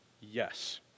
Yes